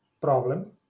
problem